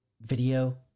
video